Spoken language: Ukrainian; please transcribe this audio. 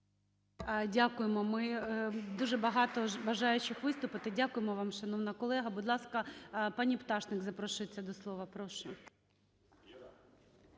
Дякуємо. Дуже багато бажаючих виступити. Дякуємо вам, шановна колега. Будь ласка, пані Пташник запрошується до слова. Прошу.